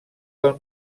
del